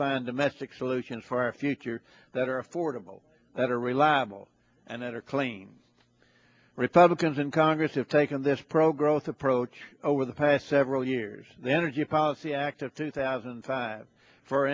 find domestic solutions for our future that are affordable that are reliable and that are clean republicans in congress have taken this pro growth approach over the past several years the energy policy act of two thousand and five for